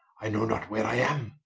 i know not where i am,